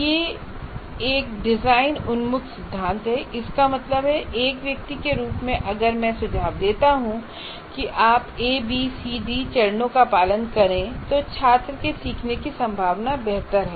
यह एक डिजाइन उन्मुख सिद्धांत है इसका मतलब है एक व्यक्ति के रूप में अगर मैं सुझाव देता हूं कि आप ए बी सी डी चरणों का पालन करें तो छात्र के सीखने की संभावना बेहतर है